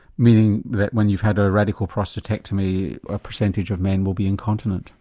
meaning that when you've had a radical prostatectomy a percentage of men will be incontinent?